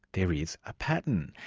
there is a pattern,